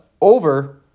over